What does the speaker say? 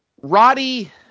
Roddy